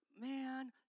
Man